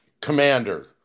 commander